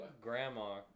grandma